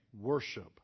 worship